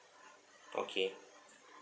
okay